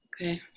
okay